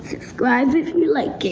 subscribe if you like